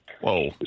Whoa